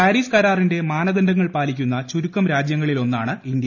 Paris കരാറിന്റെ മാനദണ്ഡങ്ങൾ പാലിക്കുന്ന ചുരുക്കം രാജ്യങ്ങളിലൊന്നാണ് ഇന്ത്യ